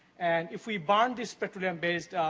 and if we burn this petroleum-based